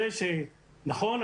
נכון,